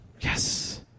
Yes